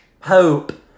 hope